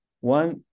one